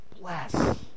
Bless